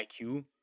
IQ